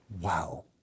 Wow